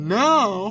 now